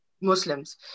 Muslims